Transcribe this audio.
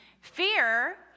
Fear